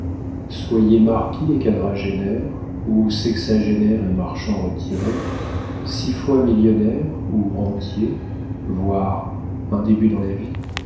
soyez marquis et quadragénaire ou sexagénaire et marchand retiré six fois millionnaire ou rentier voir un début dans la vie